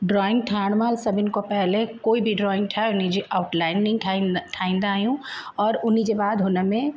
drawing ठाहिण महिल सभिनि खां पहिरीं कोई बि ड्रॉइंग ठाहे उन जी आउट लाइनिंग ठाहींद ठाहींदा आहियूं और उन जे बैदि हुनमें